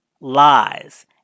lies